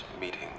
meeting